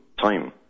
time